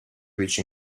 which